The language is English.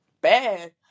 bad